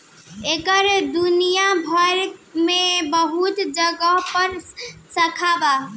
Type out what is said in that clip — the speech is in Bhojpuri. एकर दुनिया भर मे बहुत जगह पर शाखा बा